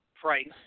price